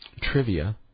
trivia